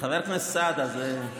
חבר הכנסת סעדה, זה,